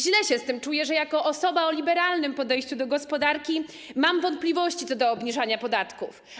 Źle się z tym czuję, że jako osoba o liberalnym podejściu do gospodarki mam wątpliwości co do obniżania podatków.